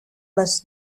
les